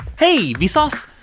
hey, vsauce.